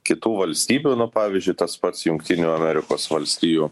kitų valstybių nu pavyzdžiui tas pats jungtinių amerikos valstijų